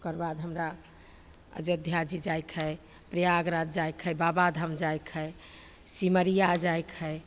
ओकर बाद हमरा अयोध्याजी जाइके हइ प्रयागराज जाइके हइ बाबाधाम जाइके हइ सिमरिआ जाइके हइ